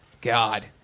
God